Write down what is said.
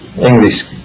English